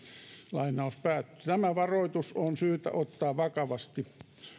tämä varoitus on syytä ottaa vakavasti